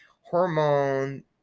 hormone